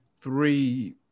three